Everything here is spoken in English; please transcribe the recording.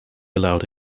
allowed